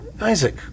Isaac